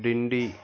డిండి